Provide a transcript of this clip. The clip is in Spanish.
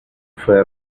fue